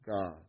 God